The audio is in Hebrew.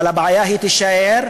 אבל הבעיה תישאר,